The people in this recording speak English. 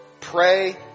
Pray